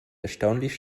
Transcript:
erstaunlich